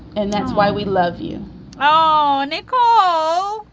and that's why we love you oh, nick. oh,